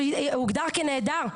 שהוגדר כנעדר,